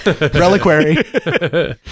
reliquary